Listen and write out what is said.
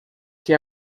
que